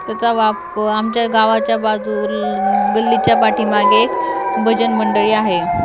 त्याचा वापर आमच्या गावाच्या बाजूला गल्लीच्या पाठीमागे एक भजन मंडळीआहे